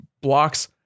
blocks